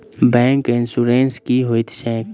Bank insurance की होइत छैक?